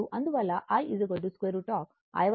in 2n అవుతుంది